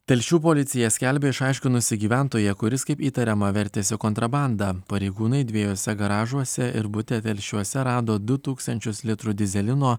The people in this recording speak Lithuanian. telšių policija skelbia išaiškinusi gyventoją kuris kaip įtariama vertėsi kontrabanda pareigūnai dviejuose garažuose ir bute telšiuose rado du tūkstančius litrų dyzelino